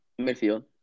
midfield